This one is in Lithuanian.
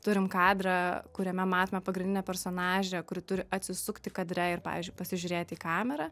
turim kadrą kuriame matome pagrindinę personažę kuri turi atsisukti kadre ir pavyzdžiui pasižiūrėti į kamerą